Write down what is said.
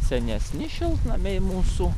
senesni šiltnamiai mūsų